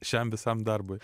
šiam visam darbui